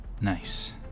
Nice